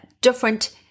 different